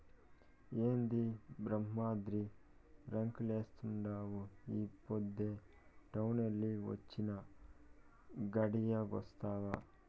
ఏంది బామ్మర్ది రంకెలేత్తండావు ఈ పొద్దే టౌనెల్లి వొచ్చినా, గడియాగొస్తావా